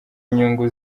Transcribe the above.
inyungu